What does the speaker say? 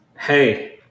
hey